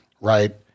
right